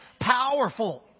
powerful